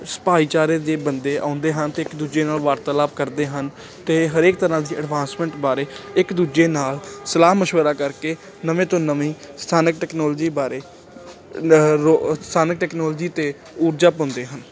ਸ ਭਾਈਚਾਰੇ ਦੇ ਬੰਦੇ ਆਉਂਦੇ ਹਨ ਅਤੇ ਇੱਕ ਦੂਜੇ ਨਾਲ ਵਾਰਤਾਲਾਪ ਕਰਦੇ ਹਨ ਅਤੇ ਹਰੇਕ ਤਰ੍ਹਾਂ ਦੀ ਐਡਵਾਂਸਮੈਂਟ ਬਾਰੇ ਇੱਕ ਦੂਜੇ ਨਾਲ ਸਲਾਹ ਮਸ਼ਵਰਾ ਕਰਕੇ ਨਵੇਂ ਤੋਂ ਨਵੀਂ ਸਥਾਨਕ ਟੈਕਨੋਲਜੀ ਬਾਰੇ ਰੋ ਸਥਾਨਕ ਟੈਕਨੋਲਜੀ ਅਤੇ ਊਰਜਾ ਪਾਉਂਦੇ ਹਨ